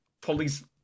police